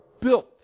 built